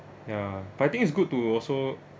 ya but I think it's good too also